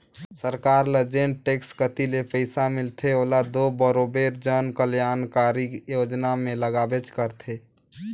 सरकार ल जेन टेक्स कती ले पइसा मिलथे ओला दो बरोबेर जन कलयानकारी योजना में लगाबेच करथे